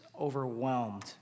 overwhelmed